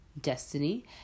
destiny